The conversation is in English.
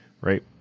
right